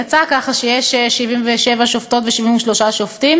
יצא ככה שיש 77 שופטות ו-73 שופטים.